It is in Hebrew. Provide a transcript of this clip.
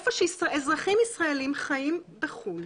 איפה שאזרחים ישראלים חיים בחו"ל,